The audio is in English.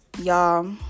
y'all